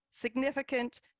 significant